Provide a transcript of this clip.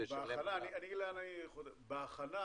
בהכנה